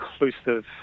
inclusive